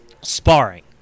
sparring